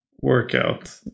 Workout